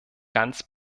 ganz